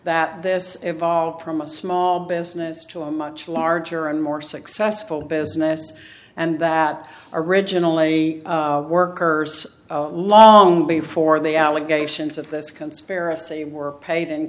that this evolved from a small business to a much larger and more successful business and that originally workers long before the allegations of this conspiracy were paid